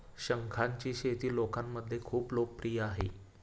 शंखांची शेती लोकांमध्ये खूप लोकप्रिय आहे